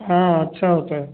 हाँ अच्छा होता है